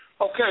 Okay